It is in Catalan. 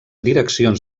direccions